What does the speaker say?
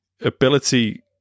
ability